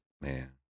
Man